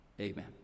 amen